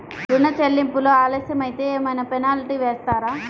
ఋణ చెల్లింపులు ఆలస్యం అయితే ఏమైన పెనాల్టీ వేస్తారా?